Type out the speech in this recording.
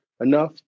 enough